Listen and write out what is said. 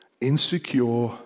insecure